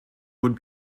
would